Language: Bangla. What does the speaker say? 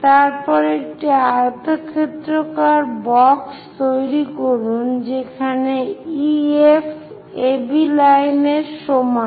তারপর একটি আয়তক্ষেত্রাকার বক্স তৈরি করুন যেখানে EF AB লাইনের সমান